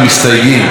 ראשון המסתייגים,